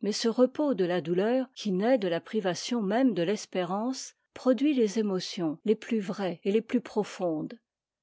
mais ce repos de la douleur qui naît de la privation même de l'espérance produit les émotions les plus vraies et les plus profondes